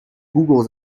google